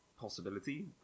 possibility